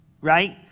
Right